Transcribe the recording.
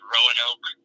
Roanoke